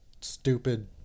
stupid